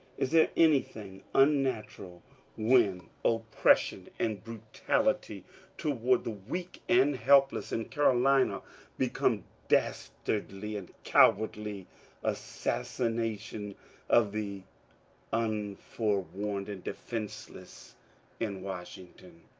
is there anything un natural when oppression and brutality toward the weak and helpless in carolina become dastardly and cowardly assassi nation of the unforewarned and defenceless in washington?